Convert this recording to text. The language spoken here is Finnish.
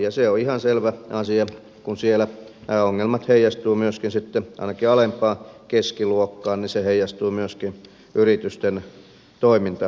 ja se on ihan selvä asia kun siellä pääongelmat heijastuvat myöskin sitten ainakin alempaan keskiluokkaan että se heijastuu myöskin yritysten toimintaedellytykseen